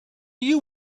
you